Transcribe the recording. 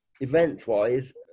Events-wise